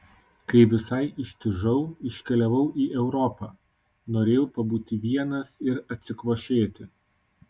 kai visai ištižau iškeliavau į europą norėjau pabūti vienas ir atsikvošėti